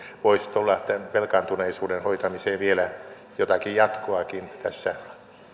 voisi tulla tämän velkaantuneisuuden hoitamiseen vielä jotakin jatkoakin tässä